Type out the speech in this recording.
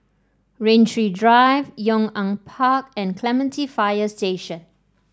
Rain Tree Drive Yong An Park and Clementi Fire Station